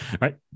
right